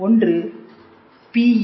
ஒன்று PEN